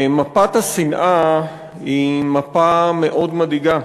מפת השנאה היא מפה מאוד מדאיגה,